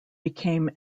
became